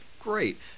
Great